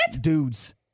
Dudes